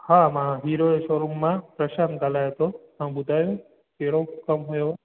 हा मां हीरो जे शो रूम मां प्रशांत ॻाल्हायां थो तव्हां ॿुधायो कहिड़ो कमु हुयुव